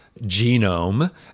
genome